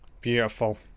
beautiful